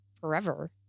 forever